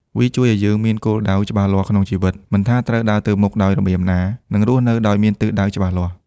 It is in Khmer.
វាជួយឱ្យយើង មានគោលដៅ ច្បាស់លាស់ក្នុងជីវិត ដឹងថាត្រូវដើរទៅមុខដោយរបៀបណា និងរស់នៅដោយមានទិសដៅច្បាស់លាស់។